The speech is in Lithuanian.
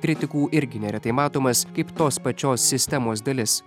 kritikų irgi neretai matomas kaip tos pačios sistemos dalis